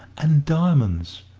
and diamonds,